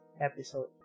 episode